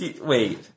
Wait